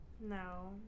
No